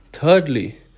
Thirdly